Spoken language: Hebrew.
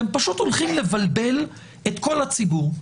אתם פשוט הולכים לבלבל את כל הציבור.